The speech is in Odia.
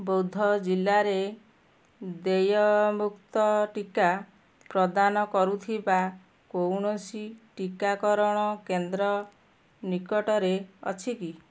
ବୌଦ୍ଧ ଜିଲ୍ଲାରେ ଦେୟମୁକ୍ତ ଟିକା ପ୍ରଦାନ କରୁଥିବା କୌଣସି ଟିକାକରଣ କେନ୍ଦ୍ର ନିକଟରେ ଅଛି କି